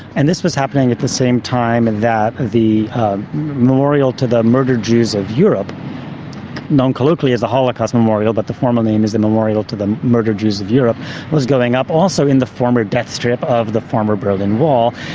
and this was happening at the same time that the memorial to the murdered jews of europe known colloquially as the holocaust memorial, but the formal name is the memorial to the murdered jews of europe was going up, also in the former death strip of the former berlin wall.